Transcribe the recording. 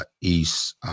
East